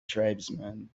tribesman